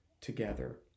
together